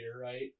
right